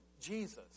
Jesus